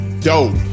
Dope